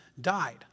died